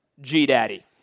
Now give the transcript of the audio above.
G-Daddy